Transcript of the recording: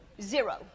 Zero